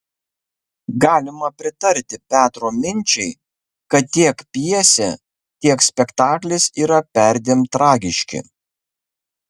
galima pritarti petro minčiai kad tiek pjesė tiek spektaklis yra perdėm tragiški